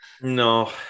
No